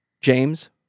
James